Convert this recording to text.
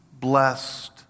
blessed